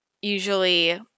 Usually